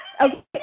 Okay